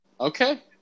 Okay